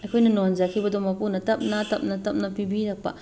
ꯑꯩꯈꯣꯏꯅ ꯅꯣꯟꯖꯈꯤꯕꯗꯣ ꯃꯄꯨꯅ ꯇꯞꯅ ꯇꯞꯅ ꯇꯞꯅ ꯄꯤꯕꯤꯔꯛꯄ